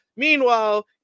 Meanwhile